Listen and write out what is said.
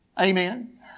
Amen